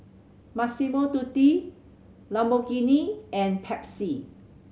Massimo Dutti Lamborghini and Pepsi